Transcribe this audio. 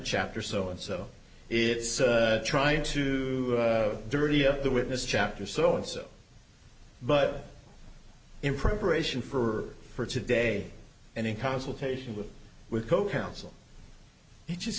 chapter so and so it's trying to dirty up the witness chapter so and so but in preparation for for today and in consultation with with co counsel it just